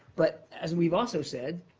but as we've also said,